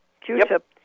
Q-tip